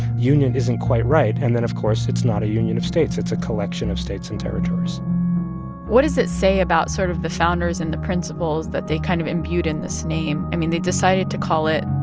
union isn't quite right. and then, of course, it's not a union of states. it's a collection of states and territories what does it say about sort of the founders and the principles that they kind of imbued in this name? i mean, they decided to call it,